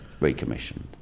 recommissioned